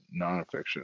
nonfiction